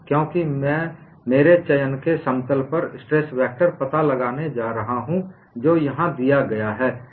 क्योंकि मैं मेरे चयन के समतल पर स्ट्रेस वेक्टर पता लगाने जा रहा हूं जो यहाँ दिया है